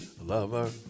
lover